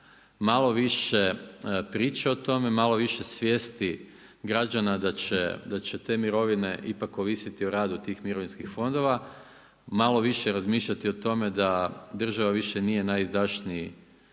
malo više priče o tome, malo više svijesti građana da će te mirovine ipak ovisiti o radu tih mirovinskih fondova. Malo više razmišljati o tome da država nije više najizdašniji,